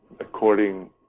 according